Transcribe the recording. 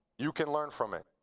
you can learn from it.